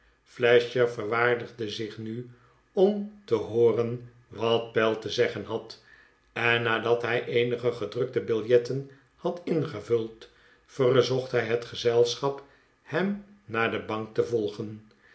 flasher verwaardigde zich nu om te hooren wat pell te zeggen had en nadat hij eenige gedrukte biljetten had ingevuld verzocht hij het gezelschap hem naar de bank te volgen